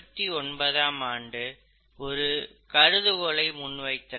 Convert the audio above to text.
S Halden 1929 ஆம் ஆண்டு ஒரு கருதுகோளை முன்வைத்தனர்